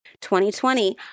2020